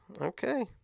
Okay